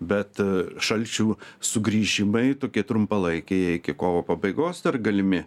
bet šalčių sugrįžimai tokie trumpalaikiai iki kovo pabaigos dar galimi